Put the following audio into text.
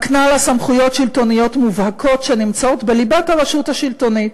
מקנה לה סמכויות שלטוניות מובהקות שנמצאות בליבת הרשות השלטונית.